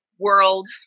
world